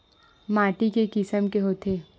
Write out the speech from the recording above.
माटी के किसम के होथे?